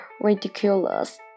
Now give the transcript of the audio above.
ridiculous